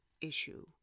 issue